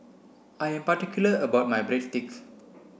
I am particular about my Breadsticks